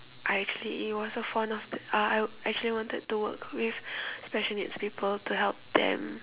I actually it was a form of uh I actually wanted to work with special needs people to help them